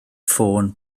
ffôn